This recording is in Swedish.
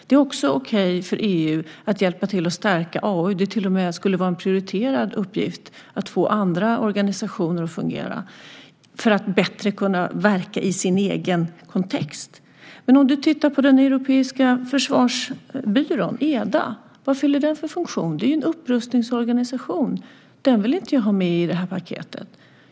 Det är också okej för EU att hjälpa till och stärka AU. Det skulle till och med vara en prioriterad uppgift att få andra organisationer att fungera för att bättre kunna verka i sin egen kontext. Men om du tittar på den europeiska försvarsbyrån, EDA, vad fyller den för funktion? Det är ju en upprustningsorganisation. Den vill jag inte ha med i detta paket.